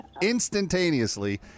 instantaneously